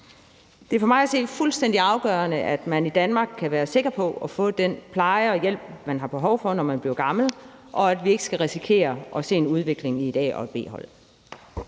Det er for mig at se fuldstændig afgørende, at man i Danmark kan være sikker på at få den pleje og hjælp, man har behov for, når man bliver gammel, og at vi ikke skal risikere at se en udvikling mod et A- og et B-hold.